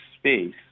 space